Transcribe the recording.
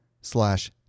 slash